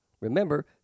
Remember